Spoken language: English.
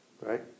Right